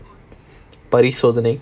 பரிசோதனை:parisothanai